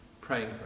praying